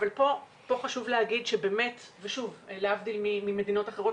חשוב להגיד שלהבדיל ממדינות אחרות